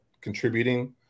contributing